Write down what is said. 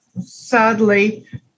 sadly